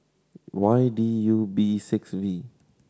Y D U B six V